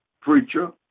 preacher